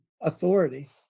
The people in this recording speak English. authority